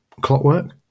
clockwork